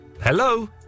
Hello